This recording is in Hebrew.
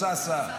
סע, סע.